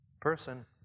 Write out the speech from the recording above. person